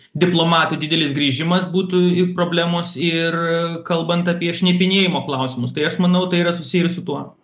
diplomatų didelis grįžimas būtų i problemos ir kalbant apie šnipinėjimo klausimus tai aš manau tai yra susiję ir su tuo